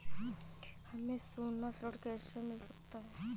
हमें सोना ऋण कैसे मिल सकता है?